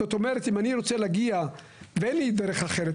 זאת אומרת אם אני רוצה להגיע ואין לי דרך אחרת,